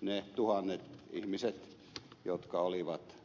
ne tuhannet ihmiset jotka olivat